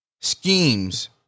schemes